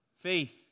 Faith